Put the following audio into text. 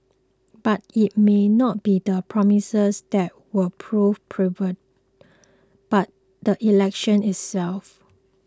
but it may not be the promises that will prove pivotal but the election itself